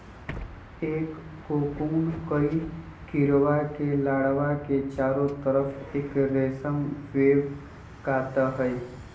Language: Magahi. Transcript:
एक कोकून कई कीडड़ा के लार्वा के चारो तरफ़ एक रेशम वेब काता हई